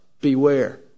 beware